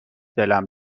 دلم